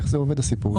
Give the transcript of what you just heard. איך עובד הסיפור הזה?